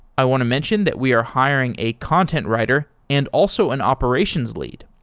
i want to mention that we are hiring a content writer and also an operations lead.